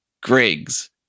Griggs